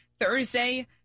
Thursday